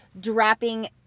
Dropping